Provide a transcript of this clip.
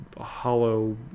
hollow